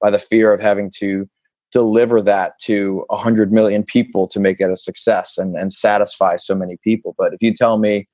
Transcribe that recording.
by the fear of having to deliver that to one ah hundred million people to make it a success and and satisfy so many people. but if you tell me